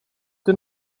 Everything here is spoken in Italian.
che